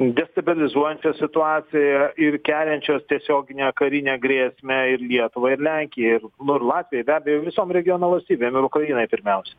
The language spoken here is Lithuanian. destabilizuojančios situaciją ir keliančios tiesioginę karinę grėsmę ir lietuvai ir lenkijai ir nu ir latvijai be abejo visom regiono valstybėm ir ukrainai pirmiausia